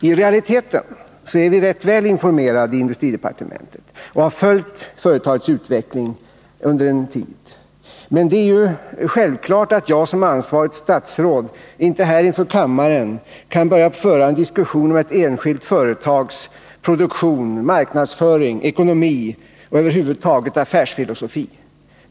I realiteten är vi rätt väl informerade i industridepartementet och har följt företagets utveckling under en tid. Men det är ju självklart att jag som ansvarigt statsråd inte här inför kammaren kan börja föra en diskussion om ett enskilt företags produktion, marknadsföring, ekonomi och affärsfilosofi över huvud taget.